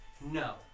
No